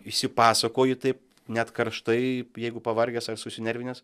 išsipasakoju taip net karštai jeigu pavargęs ar susinervinęs